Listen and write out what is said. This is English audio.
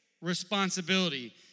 responsibility